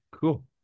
Cool